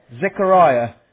Zechariah